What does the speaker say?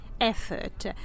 effort